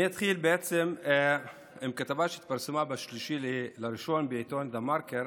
אני אתחיל בכתבה שהתפרסמה ב-3 בינואר בעיתון דה-מרקר